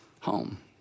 home